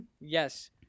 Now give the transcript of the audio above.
yes